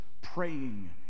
praying